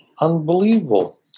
unbelievable